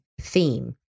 theme